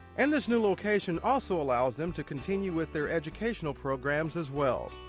and this new location also allows them to continue with their educational programs as well.